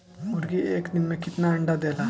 मुर्गी एक दिन मे कितना अंडा देला?